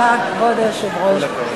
נתקבל.